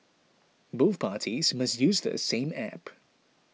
both parties must use the same app